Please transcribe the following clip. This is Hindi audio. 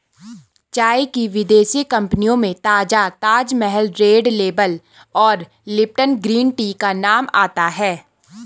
चाय की विदेशी कंपनियों में ताजा ताजमहल रेड लेबल और लिपटन ग्रीन टी का नाम आता है